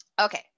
Okay